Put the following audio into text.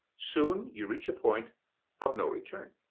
soon, you reach a point of no return.